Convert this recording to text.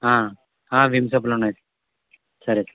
Vim సబ్బులు ఉన్నాయ్ sir సరే సార్